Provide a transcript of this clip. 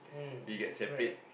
mm correct